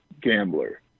gambler